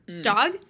Dog